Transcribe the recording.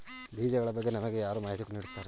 ಬೀಜಗಳ ಬಗ್ಗೆ ನಮಗೆ ಯಾರು ಮಾಹಿತಿ ನೀಡುತ್ತಾರೆ?